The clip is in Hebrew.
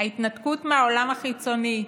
ההתנתקות מהעולם החיצוני,